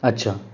अच्छा